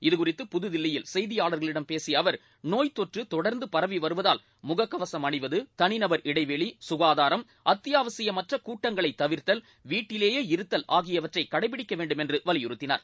இது குறித்து புதுதில்லியில் செய்தியாளர்களிடம் பேசிய அவர் நோய் தொற்று தொடர்ந்து பரவி வருவதால் முக கவசம் அணிவது தனி நபர் இடைவெளி சுகாதாரம் அத்தியாவசியமற்ற கூட்டங்களை தவிர்த்தால் வீட்டிலேயே இருத்தல் ஆகியவற்றை கடைபிடிக்க வேண்டும் என்று வலியுறுத்தினார்